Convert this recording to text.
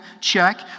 check